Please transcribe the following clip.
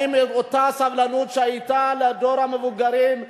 האם אותה סבלנות שהיתה לדור המבוגרים,